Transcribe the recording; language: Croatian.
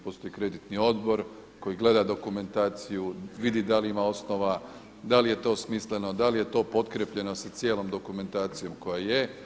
Postoji kreditni odbor koji gleda dokumentaciju, vidi da li ima osnova, da li je to smisleno, da li je to potkrepljeno sa cijelom dokumentacijom koja je.